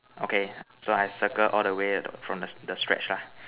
okay so I circle all the way from the the stretch lah